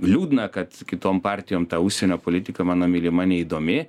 liūdna kad kitom partijom ta užsienio politika mano mylima neįdomi